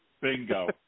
Bingo